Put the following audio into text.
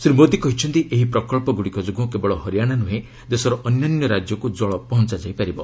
ଶ୍ରୀ ମୋଦି କହିଛନ୍ତି ଏହି ପ୍ରକଳ୍ପଗୁଡ଼ିକ ଯୋଗୁଁ କେବଳ ହରିଆଣା ନୁହେଁ ଦେଶର ଅନ୍ୟାନ୍ୟ ରାଜ୍ୟକୁ ଜଳ ପହଞ୍ଚା ଯାଇ ପାରିବ